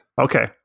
Okay